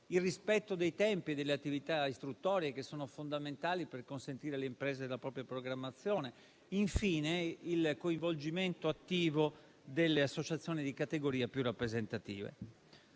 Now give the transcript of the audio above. il rispetto dei tempi e delle attività istruttorie che sono fondamentali per consentire alle imprese la propria programmazione e infine il coinvolgimento attivo delle associazioni di categoria più rappresentative.